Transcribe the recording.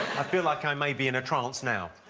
i feel like i may be in a trance now.